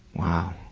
wow.